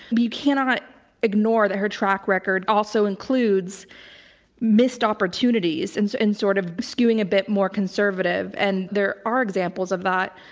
but we cannot ignore that her track record also includes missed opportunities and in sort of skewing a bit more conservative, and there are examples of that.